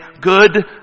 good